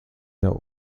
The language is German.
der